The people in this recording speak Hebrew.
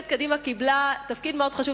רק אציין שמפלגת קדימה קיבלה תפקיד חשוב